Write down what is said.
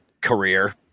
career